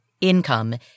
income